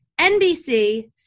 NBC